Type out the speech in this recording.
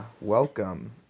welcome